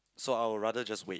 so I would rather just wait